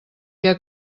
què